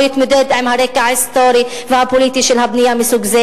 יתמודד עם הרקע ההיסטורי והפוליטי של הבנייה מסוג זה